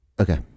Okay